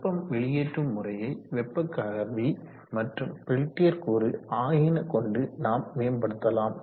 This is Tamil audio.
வெப்பம் வெளியேற்றும் முறையை வெப்ப கவர்வி மற்றும் பெல்டியர் கூறு ஆகியன கொண்டு நாம் மேம்படுத்தலாம்